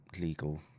legal